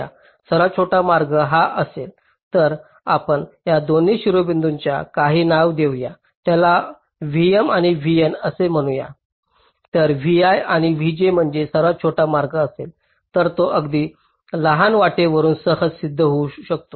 जर सर्वात छोटा मार्ग हा असेल तर आपण या दोन्ही शिरोबिंदूंना काही नाव देऊया त्याला vm आणि vn असे नाव देऊ जर vi आणि vj मधील सर्वात छोटा मार्ग असेल तर तो अगदी लहान वाटेवरून सहज सिद्ध होऊ शकतो